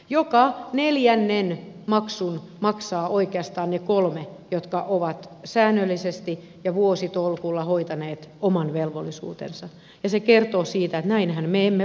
joka neljännen maksun maksavat oikeastaan ne kolme jotka ovat säännöllisesti ja vuositolkulla hoitaneet oman velvollisuutensa ja se kertoo siitä että näinhän me emme voi jatkaa